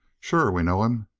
sure, we know him.